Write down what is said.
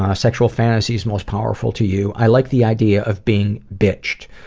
ah sexual fantasies most powerful to you i like the idea of being bitched.